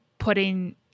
putting